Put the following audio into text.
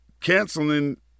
canceling